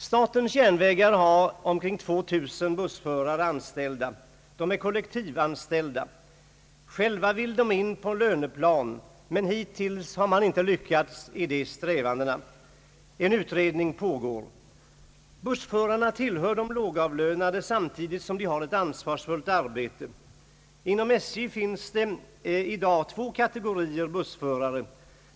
Statens järnvägar har omkring 2000 bussförare anställda. De är kollektivanställda. Själva vill de in på löneplan, men hittills har man inte lyckats i dessa strävanden. En utredning pågår. Bussförarna tillhör de lågavlönade, samtidigt som de har ett ansvarsfullt arbete. Inom SJ finns det i dag två kategorier bussförare.